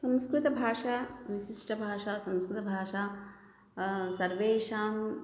संस्कृतभाषा विशिष्टभाषा संस्कृतभाषा सर्वेषां